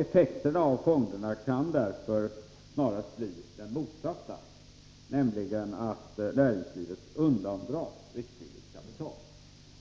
Effekten av införandet av fonderna kan därför snarast bli den motsatta mot den som man nu använder som argument — och näringslivet kommer således att undandras riskvilligt kapital.